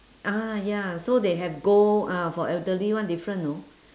ah ya so they have gold ah for elderly [one] different know